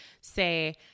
say